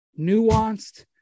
nuanced